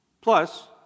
plus